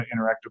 Interactive